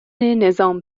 نظام